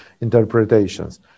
interpretations